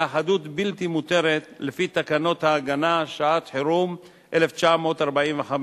אלא "התאחדות בלתי מוכרת" לפי תקנות ההגנה (שעת חירום) 1945,